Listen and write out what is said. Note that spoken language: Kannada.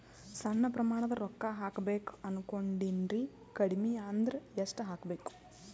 ಸಣ್ಣ ಪ್ರಮಾಣದ ರೊಕ್ಕ ಹಾಕಬೇಕು ಅನಕೊಂಡಿನ್ರಿ ಕಡಿಮಿ ಅಂದ್ರ ಎಷ್ಟ ಹಾಕಬೇಕು?